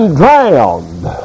drowned